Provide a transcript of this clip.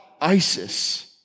ISIS